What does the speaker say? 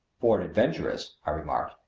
for an adventuress, i remarked,